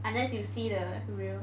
unless you see the real